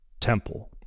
temple